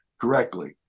correctly